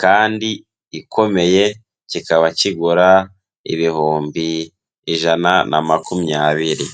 kandi ikomeye, kikaba kigura ibihumbi ijana na makumyabiri.